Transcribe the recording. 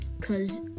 Cause